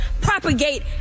propagate